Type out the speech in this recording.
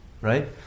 right